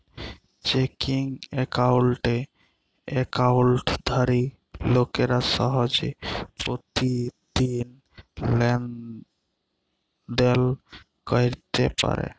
checking একাউল্টে একাউল্টধারি লোকেরা সহজে পতিদিল লেলদেল ক্যইরতে পারে